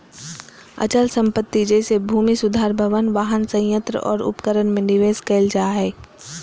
अचल संपत्ति जैसे भूमि सुधार भवन, वाहन, संयंत्र और उपकरण में निवेश कइल जा हइ